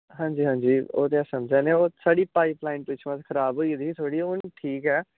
हां जी हां जी ओह् समझा ने साढ़ी पाईप लाईन पिच्छुआं खऱाब होई गेदी ही हून ठीक ऐ